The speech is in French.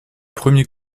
premier